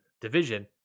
division